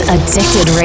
Addicted